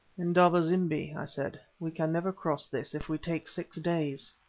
indaba-zimbi, i said, we can never cross this if we take six days.